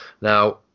Now